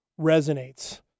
resonates